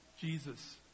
Jesus